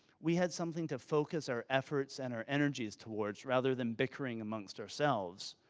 we had something to focus our efforts and our energies towards, rather than bickering amongst ourselves,